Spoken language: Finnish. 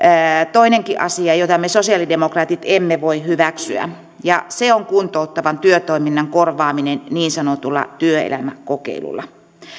toinenkin asia jota me sosiaalidemokraatit emme voi hyväksyä ja se on kuntouttavan työtoiminnan korvaaminen niin sanotulla työelämäkokeilulla